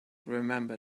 remember